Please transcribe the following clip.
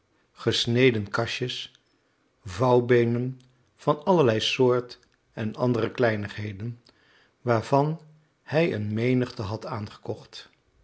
gesneden kastjes vouwbeenen van allerlei soort en andere kleinigheden waarvan hij een menigte had aangekocht